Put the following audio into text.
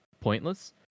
pointless